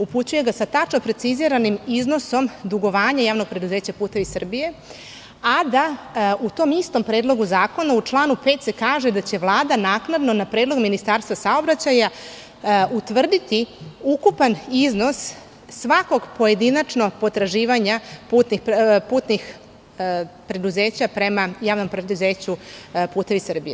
Upućuje ga sa tačno preciziranim iznosom dugovanja JP "Putevi Srbije", a da se u tom istom Predlogu zakona, u članu 5, kaže da će Vlada naknadno na predlog Ministarstva saobraćaja utvrditi ukupan iznos svakog pojedinačnog potraživanja putnih preduzeća prema JP "Putevi Srbije"